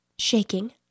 Shaking